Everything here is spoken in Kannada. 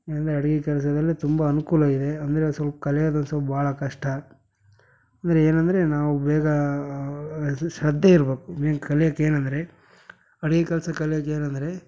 ನಂದು ಅಡಿಗೆ ಕೆಲ್ಸದಲ್ಲಿ ತುಂಬ ಅನುಕೂಲ ಇದೆ ಅಂದರೆ ಸ್ವಲ್ಪ ಕಲಿಯೋದಲ್ಲಿ ಸ್ವಲ್ಪ ಭಾಳ ಕಷ್ಟ ಅಂದರೆ ಏನಂದರೆ ನಾವು ಬೇಗ ಶ್ರದ್ಧೆ ಇರ್ಬೇಕು ಮೇನ್ ಕಲ್ಯಕ್ಕೆ ಏನಂದರೆ ಅಡಿಗೆ ಕೆಲಸ ಕಲ್ಯಕ್ಕೆ ಏನಂದರೆ